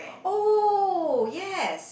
oh yes